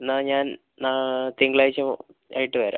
എന്നാൽ ഞാൻ നാ തിങ്കളാഴ്ച്ച ആയിട്ട് വരാം